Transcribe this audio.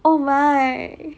oh my